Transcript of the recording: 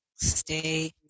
stay